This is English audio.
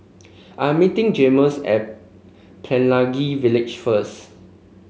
I'm meeting Jaymes at Pelangi Village first